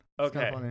Okay